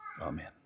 Amen